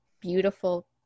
beautiful